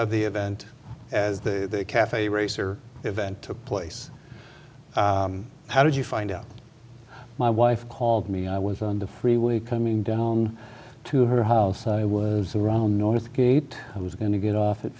of the event as the cafe racer event took place how did you find out my wife called me i was on the freeway coming down to her house i was around north gate i was going to get off at